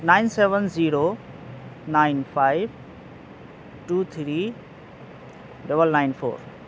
nine seven zero nine five two three double nine four